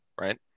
right